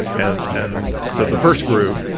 and and so the first group,